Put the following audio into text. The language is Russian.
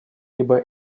либо